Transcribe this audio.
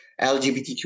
LGBTQ